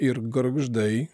ir gargždai